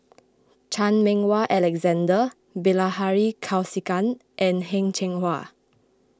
Chan Meng Wah Alexander Bilahari Kausikan and Heng Cheng Hwa